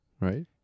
right